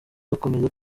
bakomeza